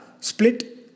split